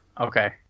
Okay